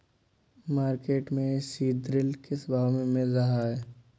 Market में सीद्रिल किस भाव में मिल रहा है?